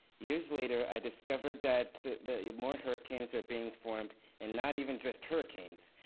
years later, i discovered that the more hurricanes are being formed, and not even just hurricanes,